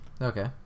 Okay